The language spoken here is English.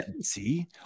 See